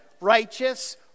righteous